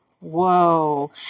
whoa